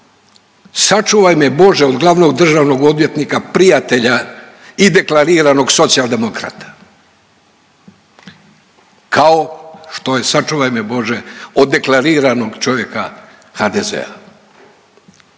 Sačuvaj me Bože od glavnog državnog odvjetnika prijatelja i deklariranog Socijaldemokrata kao što je sačuvaj me Bože od deklariranog čovjeka HDZ-a.